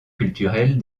culturels